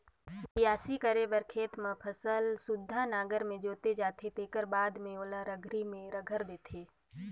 बियासी करे बर खेत ल फसल सुद्धा नांगर में जोते जाथे तेखर बाद में ओला रघरी में रघर देथे